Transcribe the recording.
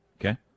Okay